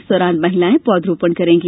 इस दौरान महिलाएं पौधारोपण करेगी